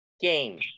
game